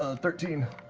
ah thirteen.